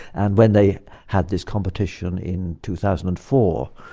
and when they had this competition in two thousand and four,